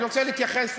אני רוצה להתייחס,